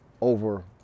over